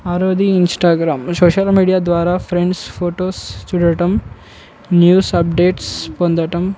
ఆరోవది Instagram social media ద్వారా friends photos చూడటం news updates పొందటం